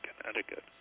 Connecticut